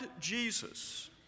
Jesus